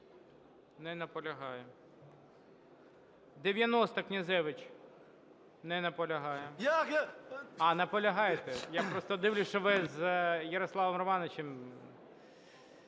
Не наполягає. 90-а, Князевич. Не наполягає. А, наполягаєте? Я просто дивлюсь, що ви з Ярославом Романовичем...